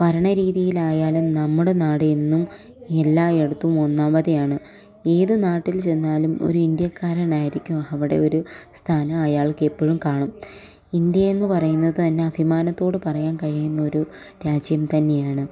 ഭരണ രീതിയിലായാലും നമ്മുടെ നാട് എന്നും എല്ലായിടത്തും ഒന്നാമതായാണ് ഏത് നാട്ടിൽ ചെന്നാലും ഒരു ഇന്ത്യക്കാരനായിരിക്കും അവിടെ ഒരു സ്ഥാനം അയാൾക്ക് എപ്പോഴും കാണും ഇന്ത്യ എന്ന് പറയുന്നത് തന്നെ അഭിമാനത്തോട് പറയാൻ കഴിയുന്ന ഒരു രാജ്യം തന്നെയാണ്